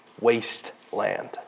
wasteland